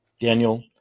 Daniel